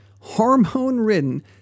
hormone-ridden